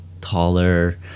taller